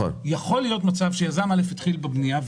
יכול להיות מצב שבו יזם א' התחיל בבנייה,